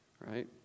right